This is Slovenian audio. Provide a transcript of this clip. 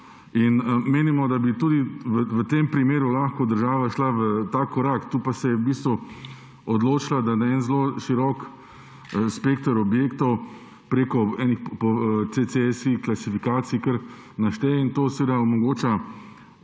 Menimo, da bi tudi v tem primeru lahko država šla v ta korak. Tu pa se je v bistvu odločila in zelo širok spekter objektov preko nekih CC-SI klasifikacij kar našteje. To seveda omogoča